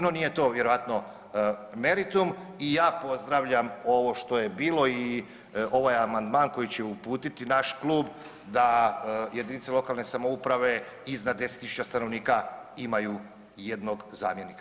No, nije to vjerojatno meritum i ja pozdravljam ovo što je bilo i ovaj amandman koji će uputiti naš klub da jedinice lokalne samouprave iznad 10 tisuća stanovnika imaju jednog zamjenika.